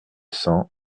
cents